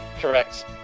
Correct